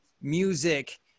music